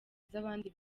z’abandi